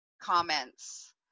comments